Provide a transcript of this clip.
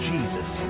Jesus